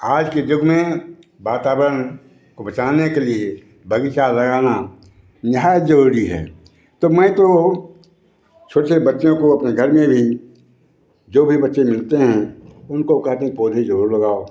आज के युग में वातावरण को बचाने के लिए बग़ीचा लगाना निहायत ज़रूरी है तो मैं तो छोटे छोटे बच्चों को अपने घर में भी जो भी बच्चे मिलते हैं उनको कहते पौधे ज़रूर लगाओ